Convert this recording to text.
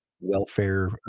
Welfare